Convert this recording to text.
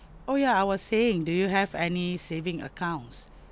oh ya I was saying do you have any saving accounts